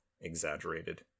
exaggerated